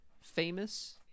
famous